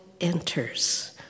enters